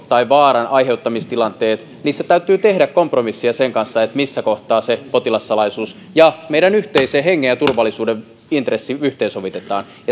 tai vaaranaiheuttamistilanteissa täytyy tehdä kompromisseja sen kanssa missä kohtaa potilassalaisuus ja meidän yhteinen hengen ja turvallisuuden intressi yhteensovitetaan